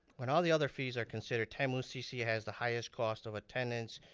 when all the other fees are considered, tamu-cc has the highest cost of attendance,